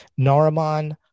Nariman